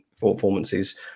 performances